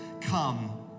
Come